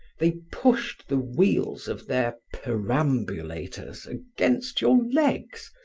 they pushed the wheels of their perambulators against your legs,